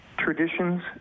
traditions